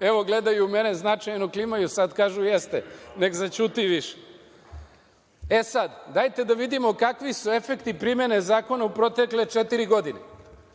Evo, gledaju mene, značajno klimaju i sad kažu – jeste, nek zaćuti više.E, sad, dajte da vidimo kakvi su efekti primene zakona u protekle četiri godine.